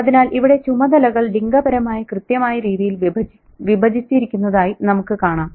അതിനാൽ ഇവിടെ ചുമതലകൾ ലിംഗപരമായി കൃത്യമായ രീതിയിൽ വിഭജിച്ചിരിക്കുന്നതായി നമുക്ക് കാണാം